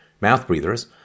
mouth-breathers